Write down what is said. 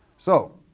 so